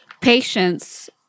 patients